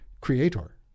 Creator